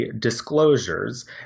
disclosures